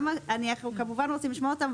אנחנו כמובן רוצים לשמוע אותם,